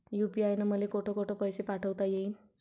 UPI न मले कोठ कोठ पैसे पाठवता येईन?